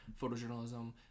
photojournalism